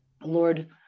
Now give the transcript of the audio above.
Lord